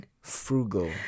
frugal